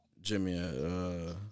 Jimmy